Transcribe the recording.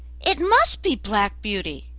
it must be black beauty!